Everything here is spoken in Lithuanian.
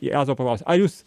jazovo paklausia ar jūs